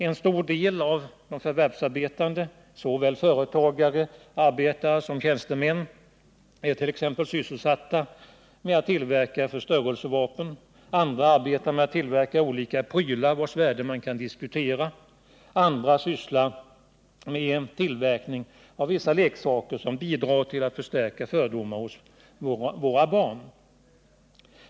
En stor del av de förvärvsarbetande — såväl företagare och arbetare som tjänstemän — är t.ex. sysselsatta med att tillverka förstörelsevapen. Andra arbetar med att tillverka olika prylar vars värde man kan diskutera. Ytterligare andra sysslar med tillverkning av vissa leksaker som bidrar till att förstärka fördomarna hos våra barn.